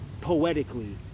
poetically